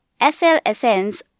SLSNs